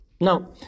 Now